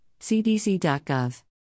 cdc.gov